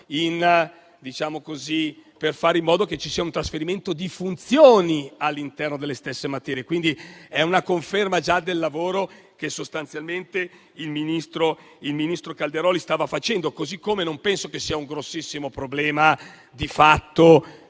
per fare in modo che ci fosse un trasferimento di funzioni all'interno delle stesse materie. Questa è una conferma del lavoro che sostanzialmente il ministro Calderoli stava già facendo. Così come non penso che sia un grossissimo problema, di fatto,